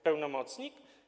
Pełnomocnik?